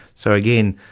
so again,